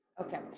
okay